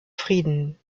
frieden